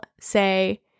say